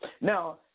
Now